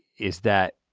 is that,